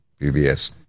PBS